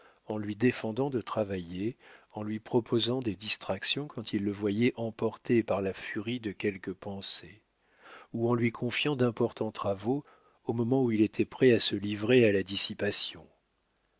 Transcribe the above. en lui défendant de travailler en lui proposant des distractions quand il le voyait emporté par la furie de quelque pensée ou en lui confiant d'importants travaux au moment où il était prêt à se livrer à la dissipation